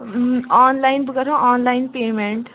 آن line بہٕ کَرٕہو online payment